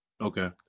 okay